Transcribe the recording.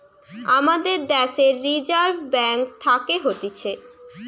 আমাদের দ্যাশের reserve bank থাকে হতিছে